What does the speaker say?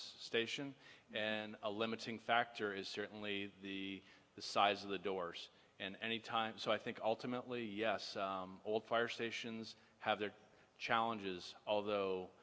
station and a limiting factor is certainly the the size of the doors and any time so i think ultimately all fire stations have their challenges although